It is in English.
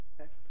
Okay